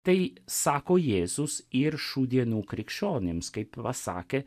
tai sako jėzus ir šių dienų krikščionims kaip va sakė